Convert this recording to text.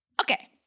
Okay